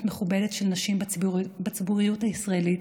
מכובדת של נשים בציבוריות הישראלית: